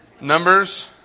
numbers